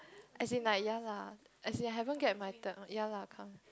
as in like ya lah as in I haven't get my third one ya lah come